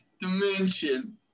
dimension